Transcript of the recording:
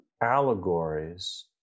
allegories